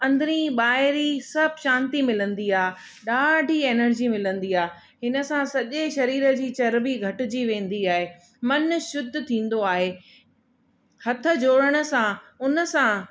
अंदरी ॿाहिरी सभु शांती मिलंदी आहे ॾाढी एनर्जी मिलंदी आहे हिनसां सॼे शरीर जी चर्बी घटजी वेंदी आहे मन शुद्ध थींदो आहे हथ जोणण सां हुनसां